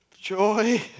joy